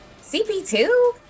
CP2